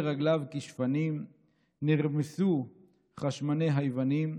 לרגליו כשפנים / נרמסו חשמני / היוונים.